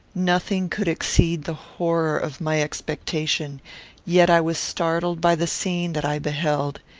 nothing could exceed the horror of my expectation yet i was startled by the scene that i beheld.